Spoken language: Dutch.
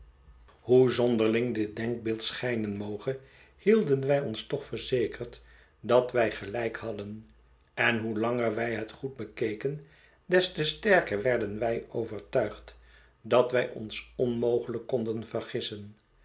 hoe zonderiing dit denkbeeld schijnen moge hielden wij ons toch verzekerd dat wij gelijk hadden en hoe langer wij het goed bekeken des te sterker werden wij overtuigd dat wij ons onmogelijk konden vergissen